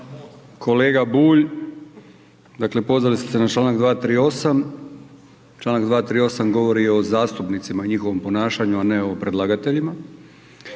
kolega Bulj. Dakle, pozvali ste se na čl. 238., čl. 238. govori o zastupnicima i njihovom ponašanju, a ne o predlagateljima,